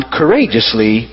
courageously